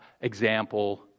Example